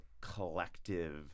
collective